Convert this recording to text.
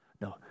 No